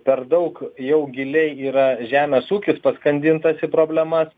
per daug jau giliai yra žemės ūkis paskandintas į problemas